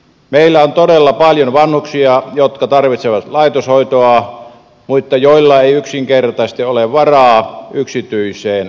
meillä on todella paljon vanhuksia jotka tarvitsevat laitoshoitoa mutta joilla ei yksinkertaisesti ole varaa yksityiseen laitoshoitoon